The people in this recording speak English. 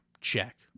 check